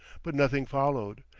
but nothing followed,